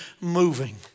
moving